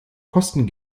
kosten